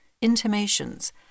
intimations